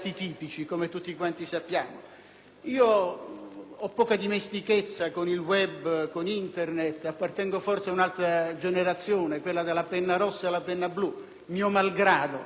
Ho poca dimestichezza con il *web* e con Internet, poiché appartengo forse a un'altra generazione, quella della penna rossa e della penna blu. Mio malgrado, non sono riuscito